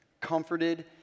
comforted